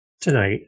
tonight